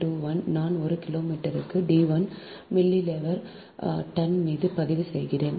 921 நான் ஒரு கிலோமீட்டருக்கு d 1 மில்லி வேவர் டன் மீது பதிவு செய்கிறேன்